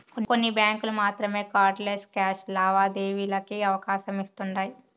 కొన్ని బ్యాంకులు మాత్రమే కార్డ్ లెస్ క్యాష్ లావాదేవీలకి అవకాశమిస్తుండాయ్